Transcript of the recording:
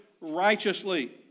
righteously